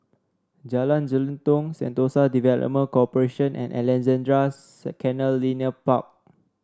Jalan Jelutong Sentosa Development Corporation and Alexandra Canal Linear Park